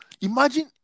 imagine